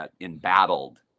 embattled